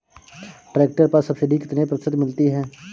Tractor पर subsidy कितने प्रतिशत मिलती है?